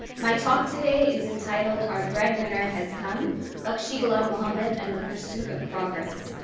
my talk today is entitled our breadwinner has come bakshi ghulam mohammad and the pursuit of progress.